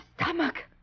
stomach